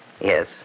Yes